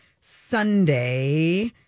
Sunday